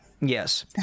Yes